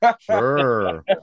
Sure